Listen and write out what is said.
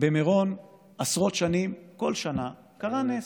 במירון עשרות שנים כל שנה קרה נס,